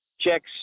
checks